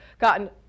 gotten